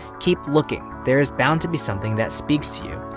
keep looking. there's bound to be something that speaks to you.